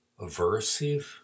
aversive